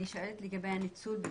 אני שואלת לגבי הניצול בפועל.